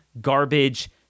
garbage